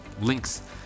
links